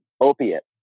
opiate